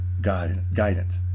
guidance